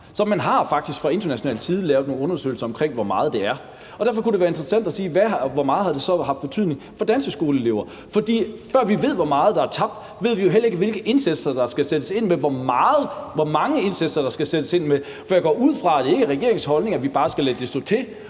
har faktisk fra international side lavet nogle undersøgelser omkring, hvor meget det er. Derfor kunne det være interessant at se på, hvor meget det så har haft af betydning for danske skoleelever. For før vi ved, hvor meget der er tabt, ved vi jo heller ikke, hvilke indsatser der skal sættes ind med, og hvor mange indsatser der skal sættes ind med. For jeg går ud fra, at det ikke er regeringens